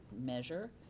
measure